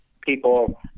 people